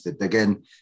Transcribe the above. again